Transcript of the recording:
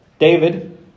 David